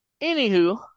Anywho